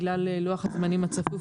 בגלל לוח הזמנים הצפוף,